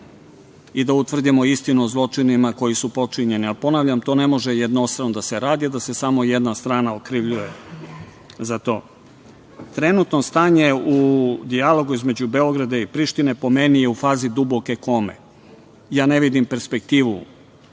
i da utvrdimo istinu o zločinima koji su počinjeni. Ponavljam, to ne može jednostrano da se radi, a da se samo jedna strana okrivljuje za to. Trenutno stanje u dijalogu između Beograda i Prištine po meni je u fazi duboke kome. Ja ne vidim perspektivu